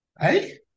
Hey